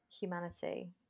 Humanity